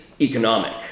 economic